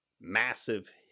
massive